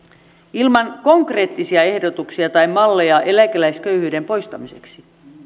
ilman konkreettisia ehdotuksia tai malleja eläkeläisköyhyyden poistamiseksi